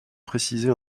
préciser